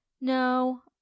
No